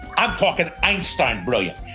i'm talking einstein brilliant.